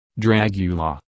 Dragula